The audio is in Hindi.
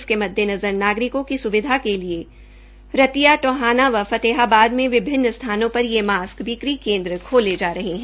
इसके मद्देनज़र नागरिकों की स्विधा के लिए रतिया टोहाना व फेतेहाबाद मे विभिन्न स्थानों पर ये मास्क बिक्री केन्द्र खोले जा रहे है